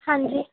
ਹਾਂਜੀ